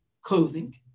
clothing